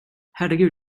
herregud